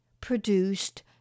produced